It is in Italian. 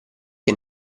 che